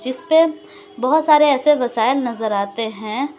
جس پہ بہت سارے ایسے وسائل نظر آتے ہیں